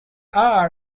are